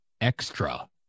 extra